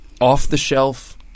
off-the-shelf